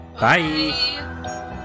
Bye